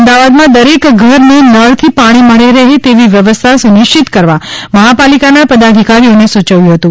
અમદાવાદમાં દરેક ઘરને નળથી પાણી મળી રહે તેવી વ્યવસ્થા સુનિશ્ચિત કરવા મહાપાલિકાના પદાધિકારીઓને સુચવ્યું હતું